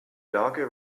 lage